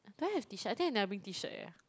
do I have t-shirt I think I never bring t-shirt eh